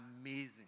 amazing